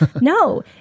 No